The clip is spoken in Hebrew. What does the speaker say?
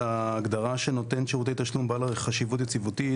ההגדרה שנותן שירותי תשלום בעל חשיבות יציבותית,